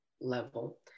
level